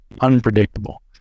unpredictable